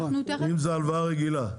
אם זאת הלוואה רגילה.